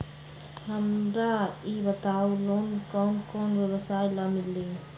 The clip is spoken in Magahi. हमरा ई बताऊ लोन कौन कौन व्यवसाय ला मिली?